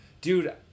Dude